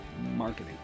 Marketing